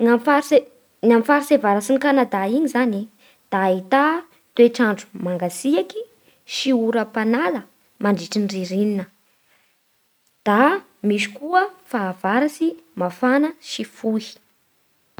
Ny amin'ny faritsy e ny amin'ny faritsy e avaratsy Kanada igny zany e da ahità toetr'andro mangatsiaky sy oram-panala mandritra ny ririnina. Da misy koa fahavaratsy mafana sy fohy.